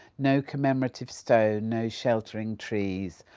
no commemorative stone, no sheltering trees,